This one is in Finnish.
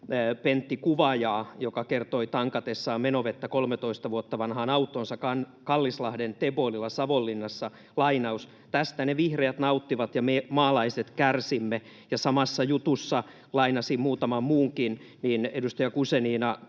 Pentti Kuvajaa, joka kertoi tankatessaan menovettä 13 vuotta vanhaan autoonsa Kallislahden Teboililla Savonlinnassa, että ”tästä ne vihreät nauttivat ja me maalaiset kärsimme”, ja kun samasta jutusta lainasin muutaman muunkin, niin edustaja Guzenina